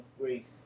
grace